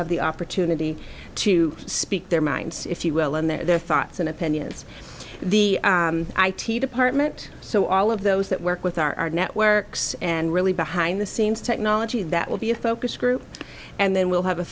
have the opportunity to speak their minds if you will in their thoughts and opinions the i t department so all of those that work with our networks and really behind the scenes technology that will be a focus group and then we'll have a